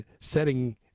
setting